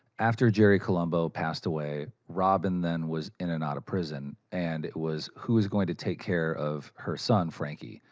after jerry colombo passed away, robin then was in-and-out of prison. and it was, who's going to take care of her son, frankie?